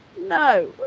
No